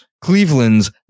Cleveland's